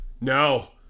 No